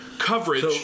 coverage